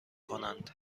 کنند